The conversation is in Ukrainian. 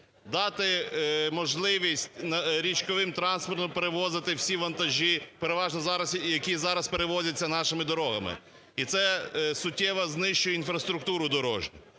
дати можливість річковим транспортом перевозити всі вантажі переважно зараз, які зараз перевозяться нашими дорогами, і це суттєво знищує інфраструктуру дорожню.